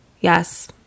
yes